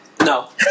No